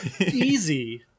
easy